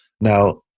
Now